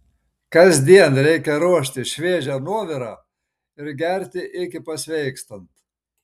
kasdien reikia ruošti šviežią nuovirą ir gerti iki pasveikstant